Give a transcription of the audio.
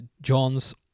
John's